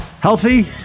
healthy